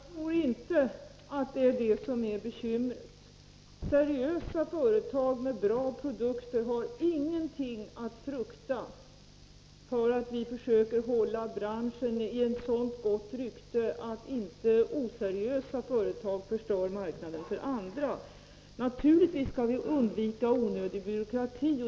Herr talman! Jag tror inte att det är detta som är bekymret. Seriösa företag med bra produkter har ingenting att frukta. Vi försöker upprätthålla ett så gott rykte inom branschen att inte oseriösa företag förstör marknaden för andra. Naturligtvis skall vi undvika onödig byråkrati.